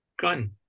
gun